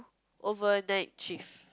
overnight shift